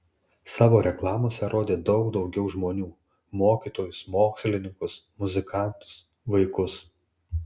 savo reklamose rodė daug daugiau žmonių mokytojus mokslininkus muzikantus vaikus